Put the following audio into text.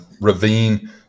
ravine